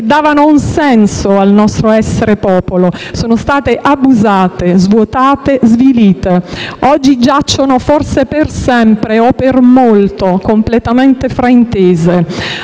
davano un senso al nostro essere popolo, sono state abusate, svuotate, svilite. Oggi giacciono, forse per sempre o per molto, completamente fraintese.